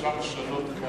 אפשר לשנות את,